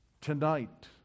tonight